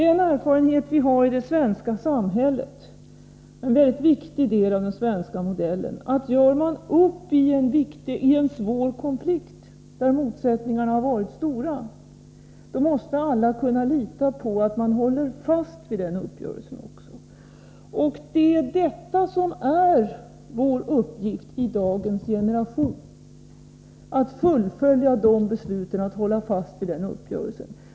En erfarenhet som vi har i det svenska samhället — det är en mycket viktig faktor när det gäller den svenska modellen — är att gör man upp i en svår konflikt, där motsättningarna har varit stora, måste alla kunna lita på att man håller fast vid den uppgörelse som träffats. En uppgift för dagens generation är just att fullfölja fattade beslut och att hålla fast vid en träffad uppgörelse.